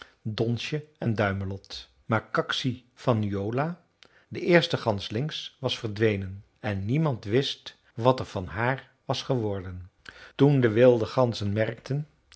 donsje en duimelot maar kaksi van nuolja de eerste gans links was verdwenen en niemand wist wat er van haar was geworden toen de wilde ganzen merkten